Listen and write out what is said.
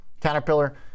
caterpillar